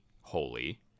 holy